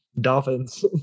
Dolphins